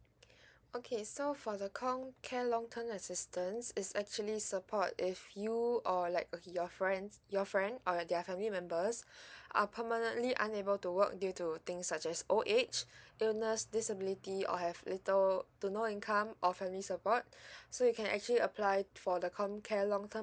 okay so for the com care long term assistance is actually support if you or like your friends your friend or their family members are permanently unable to work due to things such as old age illness disability or have little to no income or family support so you can actually apply for the com care long term